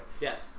Yes